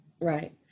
right